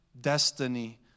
destiny